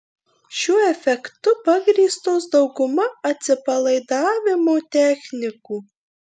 šiuo efektu pagrįstos dauguma atsipalaidavimo technikų